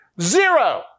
Zero